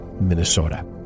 Minnesota